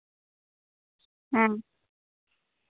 ᱦᱮᱸ